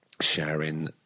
sharing